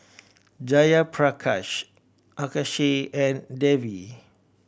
Jayaprakash Akshay and Devi